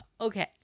Okay